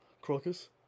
crocus